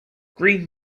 green